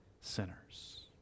sinners